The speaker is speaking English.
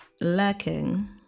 lacking